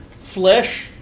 flesh